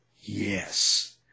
Yes